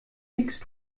wiegst